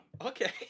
okay